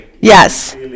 yes